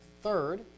third